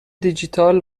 دیجیتال